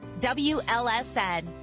WLSN